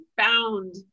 found